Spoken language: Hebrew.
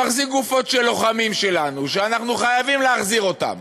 מחזיק גופות של לוחמים שלנו שאנחנו חייבים להחזיר אותן,